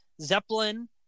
Zeppelin